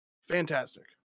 Fantastic